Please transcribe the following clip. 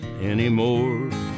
anymore